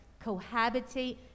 cohabitate